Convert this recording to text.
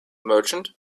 merchant